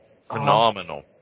phenomenal